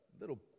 little